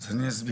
אז אני אסביר,